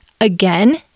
Again